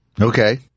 Okay